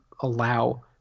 allow